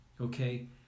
okay